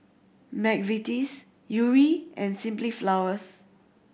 McVitie's Yuri and Simply Flowers